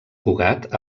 cugat